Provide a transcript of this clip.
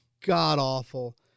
god-awful